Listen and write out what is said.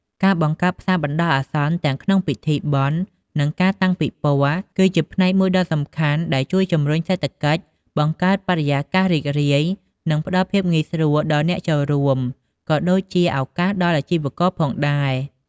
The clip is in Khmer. ការបង្កើតផ្សារបណ្ដោះអាសន្នទាំងក្នុងពិធីបុណ្យ និងការតាំងពិព័រណ៍ គឺជាផ្នែកមួយដ៏សំខាន់ដែលជួយជំរុញសេដ្ឋកិច្ច បង្កើតបរិយាកាសរីករាយ និងផ្ដល់ភាពងាយស្រួលដល់អ្នកចូលរួម ក៏ដូចជាឱកាសដល់អាជីវករផងដែរ។